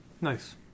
Nice